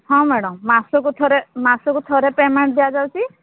ହଁ ମ୍ୟାଡମ ମାସକୁ ଥରେ ମାସକୁ ଥରେ ପେମେଣ୍ଟ ଦିଆଯାଉଛି